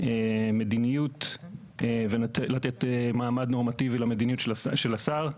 מדיניות ולתת מעמד נורמטיבי למדיניות של השר.